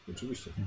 Oczywiście